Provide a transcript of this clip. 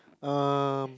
um